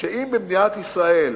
שאם במדינת ישראל